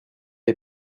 est